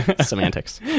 Semantics